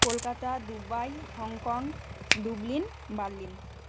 Kolkata Dubai Hong Kong Dublin Berlin